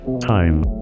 time